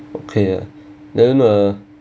okay then uh